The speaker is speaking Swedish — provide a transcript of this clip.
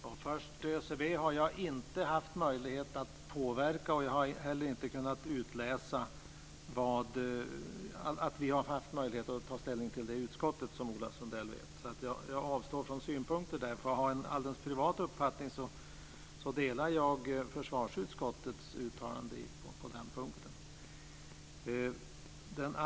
Fru talman! I fråga om ÖCB har jag inte haft möjlighet påverka och jag har heller inte kunnat utläsa att vi haft möjlighet att ta ställning till det i utskottet, som Ola Sundell vet. Därför avstår jag från synpunkter där. Men för att ha en alldeles privat uppfattning kan jag säga att jag instämmer i försvarsutskottets uttalande på den punkten.